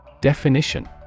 Definition